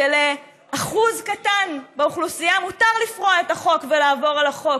שלאחוז קטן באוכלוסייה מותר לפרוע את החוק ולעבור על החוק,